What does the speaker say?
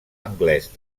anglès